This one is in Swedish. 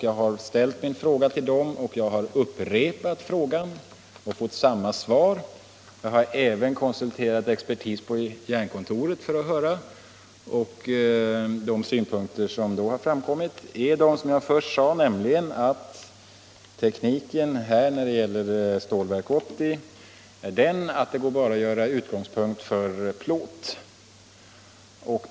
Jag har ställt min fråga till dem. Jag har upprepat frågan och fått samma svar. Jag har även konsulterat expertis på Jernkontoret, och de synpunkter som då framkommit är de jag redan nämnt, nämligen att tekniken vid Stålverk 80 kommer att vara sådan att det bara går att göra ämnen som kan användas till plåt.